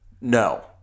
No